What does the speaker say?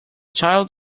child